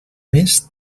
més